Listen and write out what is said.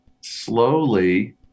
slowly